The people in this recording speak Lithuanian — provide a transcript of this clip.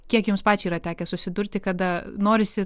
kiek jums pačiai yra tekę susidurti kada norisi